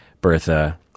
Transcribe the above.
Bertha